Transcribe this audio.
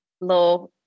law